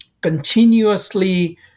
continuously